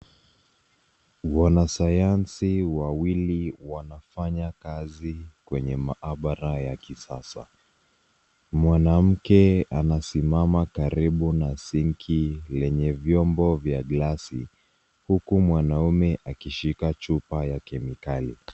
Wanasayansi wawili wanafanya kazi kwenye maabara ya kisasa. Mwanamke anasimama karibu na sinki lenye vyombo vya glasi huku mwanaume akishika chupa ya kemikali.